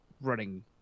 running